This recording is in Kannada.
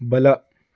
ಬಲ